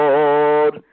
Lord